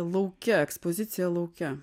lauke ekspozicija lauke